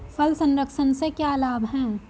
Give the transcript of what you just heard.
फल संरक्षण से क्या लाभ है?